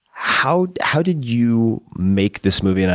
how how did you make this movie? and